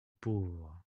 pauvres